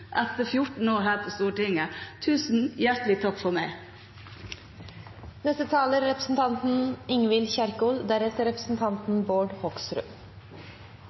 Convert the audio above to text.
etter 14 år her på Stortinget. Tusen hjertelig takk for meg!